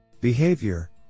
Behavior